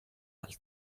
altri